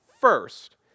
First